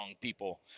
people